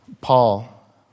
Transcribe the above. Paul